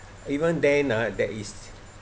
even then ah that is